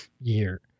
year